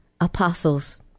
apostles